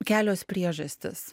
kelios priežastys